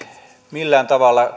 millään tavalla